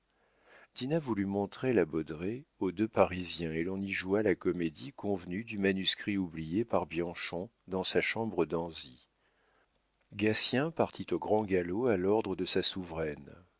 voulut montrer la baudraye aux deux parisiens et l'on y joua la comédie convenue du manuscrit oublié par bianchon dans sa chambre d'anzy gatien partit au grand galop à l'ordre de sa souveraine